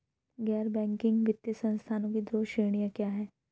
गैर बैंकिंग वित्तीय संस्थानों की दो श्रेणियाँ क्या हैं?